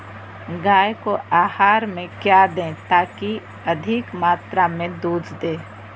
गाय को आहार में क्या दे ताकि अधिक मात्रा मे दूध दे?